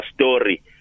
story